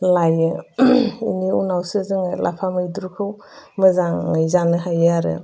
लायो बेनि उनावसो जोङो लाफा मैद्रुखौ मोजाङै जानो हायो आरो